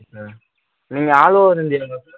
okay sir நீங்கள் all over இந்தியாவா sir